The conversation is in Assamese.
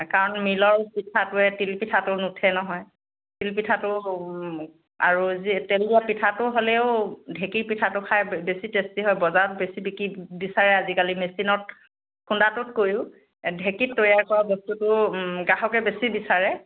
কাৰণ মিলৰ পিঠাটোৱে তিল পিঠাটো নুঠে নহয় তিল পিঠাটো আৰু তেলদিয়া পিঠাটো হ'লেও ঢেঁকীৰ পিঠাটো খাই বেছি টেষ্টি হয় বজাৰত বেছি বিকি বিচাৰে আজিকালি মেচিনত খুণ্ডাটোতকৈও ঢেঁকীত তৈয়াৰ কৰা বস্তুটো গ্ৰাহকে বেছি বিচাৰে